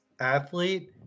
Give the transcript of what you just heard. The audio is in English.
athlete